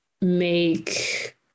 make